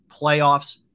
playoffs